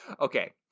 okay